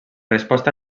resposta